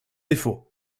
défaut